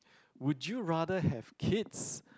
would you rather have kids